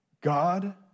God